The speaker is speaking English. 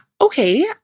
okay